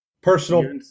Personal